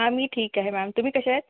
हां मी ठीक आहे मॅम तुम्ही कसे आहेत